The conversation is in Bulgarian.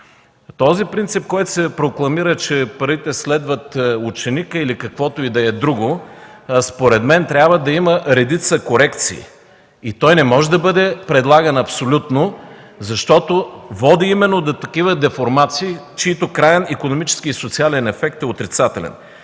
Принципът, който се прокламира, че парите следват ученика или каквото и да е друго, според мен трябва да има редица корекции. Той не може да бъде предлаган абсолютно, защото води именно до такива деформации, чийто краен икономически и социален ефект е отрицателен.